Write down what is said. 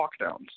lockdowns